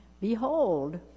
Behold